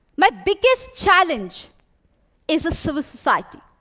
my biggest challenge is sort of society.